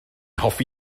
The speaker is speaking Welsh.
hoffi